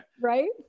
right